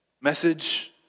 message